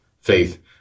faith